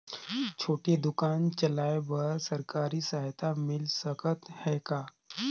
छोटे दुकान चलाय बर सरकारी सहायता मिल सकत हे का?